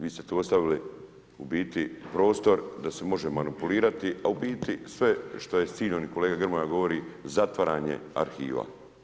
Vi ste to ostavili u biti prostor da se može manipulirati, a u biti sve što je s ciljem kolega Grmoja govori zatvaranje arhiva.